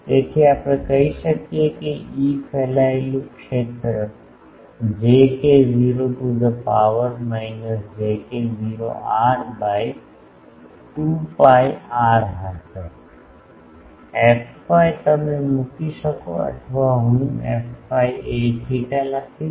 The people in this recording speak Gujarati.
તેથી આપણે કહી શકીએ કે E ફેલાયેલું ક્ષેત્ર j k0 to the power minus j k0 r by 2 pi r હશે fy તમે મૂકી શકો અથવા હું fy aθ લખીશ